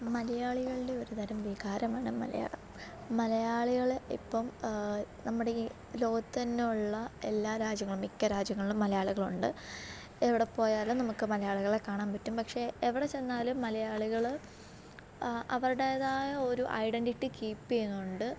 മലയാളികളുടെ ഒരുതരം വികാരമാണ് മലയാളം മലയാളികൾ ഇപ്പം നമ്മുടെ ഈ ലോകത്തുതന്നെ ഉള്ള എല്ലാ രാജ്യങ്ങളും മിക്ക രാജ്യങ്ങളിലും മലയാളികളുണ്ട് എവിടെപ്പോയാലും നമുക്ക് മലയാളികളെ കാണാൻ പറ്റും പക്ഷെ എവിടെ ചെന്നാലും മലയാളികൾ അവരുടേതായ ഒരു ഐഡൻറ്റിറ്റി കീപ്പ് ചെയ്യുന്നുണ്ട്